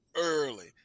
early